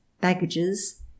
baggages